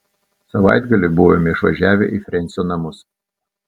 savaitgalį buvome išvažiavę į frensio namus